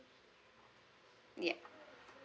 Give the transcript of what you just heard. yup